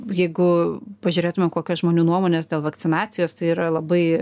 jeigu pažiūrėtume kokios žmonių nuomonės dėl vakcinacijos tai yra labai